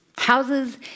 Houses